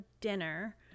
dinner